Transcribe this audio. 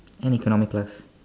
and economical class